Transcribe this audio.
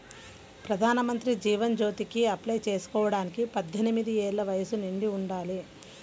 ప్రధానమంత్రి జీవన్ జ్యోతికి అప్లై చేసుకోడానికి పద్దెనిది ఏళ్ళు వయస్సు నిండి ఉండాలి